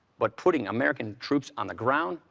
but putting american troops on the ground,